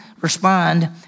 respond